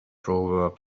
proverb